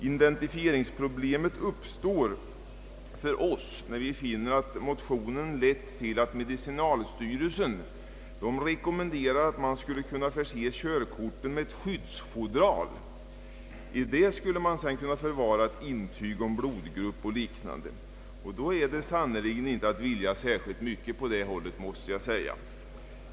Identifieringsproblemet uppstår när vi finner att motionen lett till att medicinalstyrelsen rekommenderar att man skulle kunna förse körkorten med ett skyddsfodral, i vilket man skulle kunna förvara intyg på blodgrupp och liknande. Det är då sannerligen inte att vilja särskilt myckei på det hållet, måste jag säga.